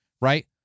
right